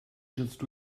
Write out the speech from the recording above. just